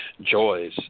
joys